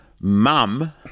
mum